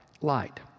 Light